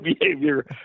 behavior